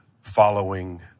following